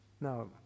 Now